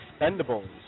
Expendables